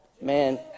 Man